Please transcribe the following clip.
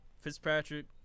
Fitzpatrick